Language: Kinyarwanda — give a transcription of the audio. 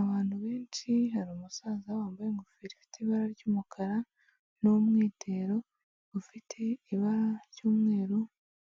Abantu benshi hari umusaza wambaye ingofero ifite ibara ry'umukara, n'umwitero ufite ibara ry'umweru,